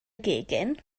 gegin